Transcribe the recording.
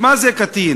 מה זה "קטין",